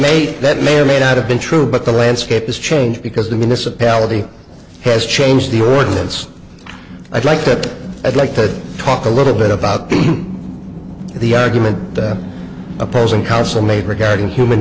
made that may or may not have been true but the landscape has changed because the municipality has changed the ordinance i'd like to i'd like to talk a little bit about the argument that opposing counsel made regarding human